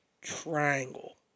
triangle